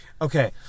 Okay